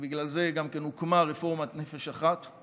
ובגלל זה גם הוקמה רפורמת "נפש אחת".